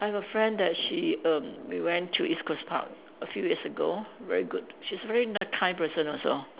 I've a friend that she err we went to east coast park a few years ago very good she's very ni~ kind person also